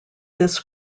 this